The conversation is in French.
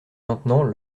maintenant